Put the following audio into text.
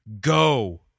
go